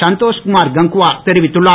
சந்தோஷ் குமார் கங்குவார் தெரிவித்துள்ளார்